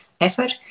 effort